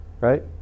Right